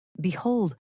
Behold